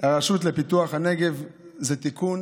הרשות לפיתוח הנגב, זה תיקון